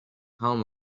همان